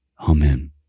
Amen